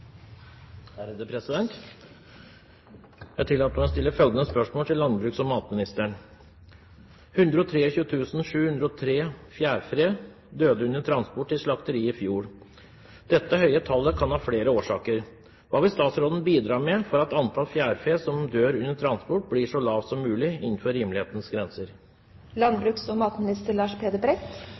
arbeid som jeg legger stor vekt på nå. Jeg tillater meg å stille følgende spørsmål til landbruks- og matministeren: «123 703 fjærfe døde under transport til slakterier i fjor. Dette høye tallet kan ha flere årsaker. Hva vil statsråden bidra med for at antall fjærfe som dør under transport, blir så lavt som mulig, innenfor rimelighetens grenser?»